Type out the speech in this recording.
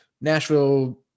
Nashville